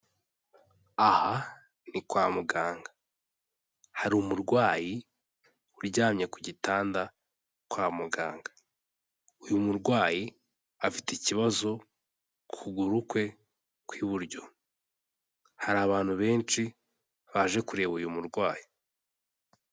Aha ni kwa muganga hari umurwayi uryamye ku gitanda kwa muganga, uyu murwayi afite ikibazo kuguru kwe kw'iburyo, hari abantu benshi baje kureba uyu murwayi.